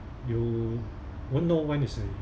you won't know what is a